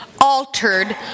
altered